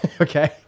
okay